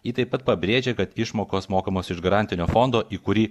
ji taip pat pabrėžė kad išmokos mokamos iš garantinio fondo į kurį